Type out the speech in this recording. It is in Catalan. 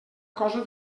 cosa